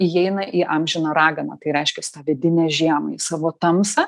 įeina į amžiną raganą tai reiškias tą vidinę žiemą į savo tamsą